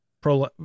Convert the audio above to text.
pro